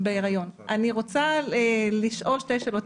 אני רוצה לשאול שתי שאלות.